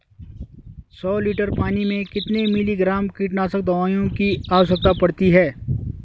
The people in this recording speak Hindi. सौ लीटर पानी में कितने मिलीग्राम कीटनाशक दवाओं की आवश्यकता पड़ती है?